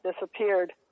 disappeared